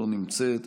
לא נמצאת,